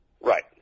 Right